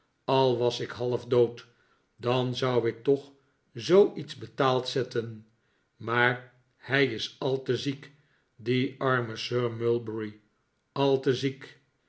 a was ik halfdood dan zou ik toch zooiets betaald zetten maar hij is al te ziek die arme sir mulberry al te ziek